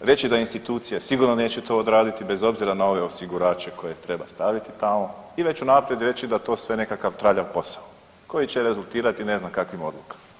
reći da institucije sigurno to neće odraditi bez obzira na ove osigurače koje treba staviti tamo i već unaprijed reći da je to sve nekakav traljav posao koji će rezultirati ne znam kakvim odlukama.